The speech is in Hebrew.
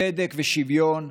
צדק ושוויון,